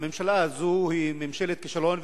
הממשלה הזאת היא ממשלת כישלון,